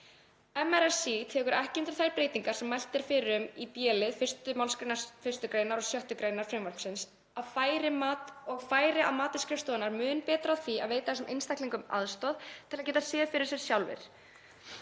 MRSÍ tekur ekki undir þær breytingar sem mælt er fyrir um í b-lið, 1. mgr. 1. gr. og 6. gr. frumvarpsins og færi að mati skrifstofunnar mun betur á því að veita þessum einstaklingum aðstoð til að geta séð fyrir sér sjálfir.